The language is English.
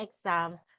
exam